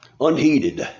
unheeded